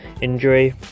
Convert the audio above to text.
injury